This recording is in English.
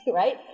right